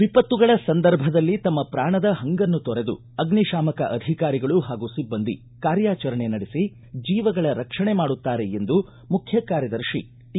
ವಿಪತ್ತುಗಳ ಸಂದರ್ಭದಲ್ಲಿ ತಮ್ಮ ಪ್ರಾಣದ ಪಂಗನ್ನು ತೊರೆದು ಅಗ್ನಿಶಾಮಕ ಅಧಿಕಾರಿಗಳು ಹಾಗೂ ಸಿಬ್ಬಂದಿ ಕಾರ್ಯಾಚರಣೆ ನಡೆಸಿ ಜೀವಗಳ ರಕ್ಷಣೆ ಮಾಡುತ್ತಾರೆ ಎಂದು ಮುಖ್ಯ ಕಾರ್ಯದರ್ಶಿ ಟಿ